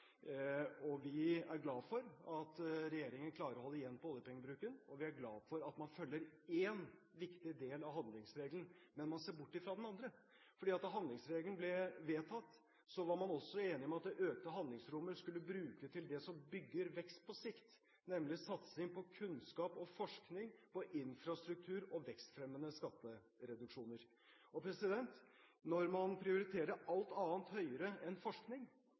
Vi er glade for at regjeringen klarer å holde igjen på oljepengebruken, og vi er glade for at man følger én viktig del av handlingsregelen. Men man ser bort fra den andre. For da handlingsregelen ble vedtatt, var man også enige om at det økte handlingsrommet skulle brukes til det som bygger vekst på sikt – nemlig satsing på kunnskap, forskning, infrastruktur og vekstfremmende skattereduksjoner. Når man prioriterer alt annet høyere enn forskning,